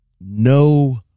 No